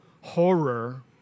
horror